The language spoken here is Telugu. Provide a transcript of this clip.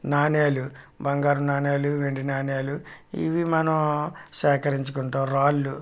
నాణేలు బంగారు నాణేలు వెండి నాణేలు ఇవి మనం సేకరించుకుంటాము రాళ్ళు